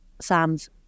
Sam's